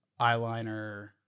eyeliner